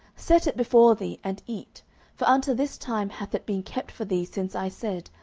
set it before thee, and eat for unto this time hath it been kept for thee since i said,